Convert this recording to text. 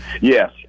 Yes